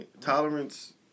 tolerance